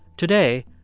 today,